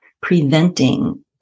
preventing